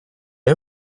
est